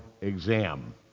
exam